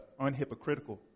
unhypocritical